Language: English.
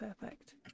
perfect